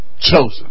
chosen